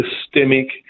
systemic